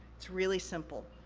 it's really simple.